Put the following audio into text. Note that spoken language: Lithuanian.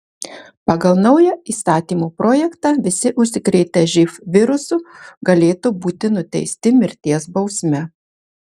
pagal naują įstatymo projektą visi užsikrėtę živ virusu galėtų būti nuteisti mirties bausme